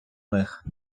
них